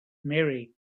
mary